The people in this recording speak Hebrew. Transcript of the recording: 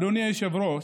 אדוני היושב-ראש,